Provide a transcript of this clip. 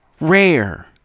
rare